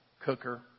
cooker